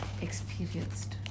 experienced